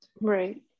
Right